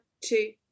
two